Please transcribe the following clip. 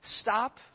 Stop